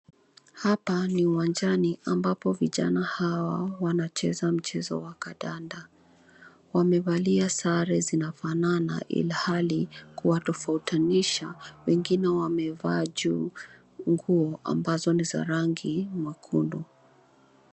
Hapa ni uwanjani ambapo vijana hawa wanacheza mchezo wa kandanda. Wamevalia sare zinafanana ilhali kuwatofautisha, wengine wamevaa juu nguo ambazo ni za rangi mwekundu.